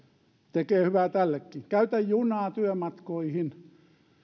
tekee hyvää tällekin käytän junaa työmatkoihin